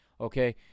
Okay